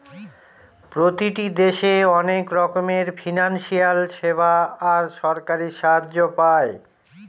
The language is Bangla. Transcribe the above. প্রতিটি দেশে অনেক রকমের ফিনান্সিয়াল সেবা আর সরকারি সাহায্য পায়